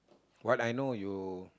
what I know you